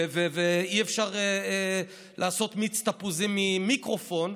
ואי-אפשר לעשות מיץ תפוזים ממיקרופון,